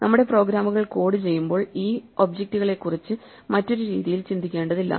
നമ്മുടെ പ്രോഗ്രാമുകൾ കോഡ് ചെയ്യുമ്പോൾ ഈ ഒബ്ജെക്ട് ക്കളെക്കുറിച്ച് മറ്റൊരു രീതിയിൽ ചിന്തിക്കേണ്ടതില്ല